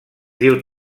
diu